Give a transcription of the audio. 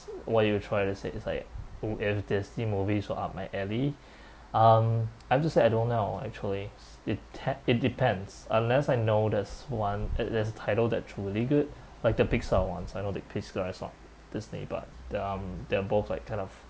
what you try to say it's like who is disney movie so up my alley um I'll just say I don't know actually s~ it ha~ it depends unless I know there's one uh there's a title that truly good like the pixar ones I know that pixar is not disney but um they're both like kind of